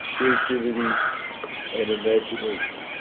creativity and imagination.